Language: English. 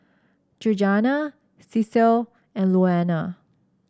Georganna Cecil and Louanna